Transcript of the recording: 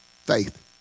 Faith